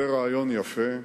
זה רעיון יפה,